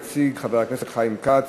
יציג את הצעת החוק חבר הכנסת חיים כץ,